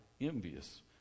envious